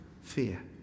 fear